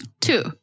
Two